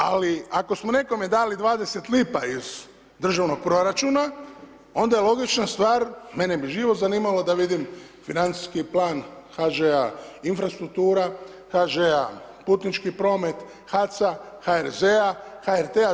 Ali ako smo nekom dali 20 lipa iz državnog proračuna onda je logična stvar, mene bi živo zanimalo da vidim financijski plan Hž-a Infrastruktura, HŽ-a Putnički promet, HAC-a, HRZ-a, HRT-a.